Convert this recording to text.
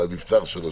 על המבצר שלו,